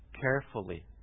carefully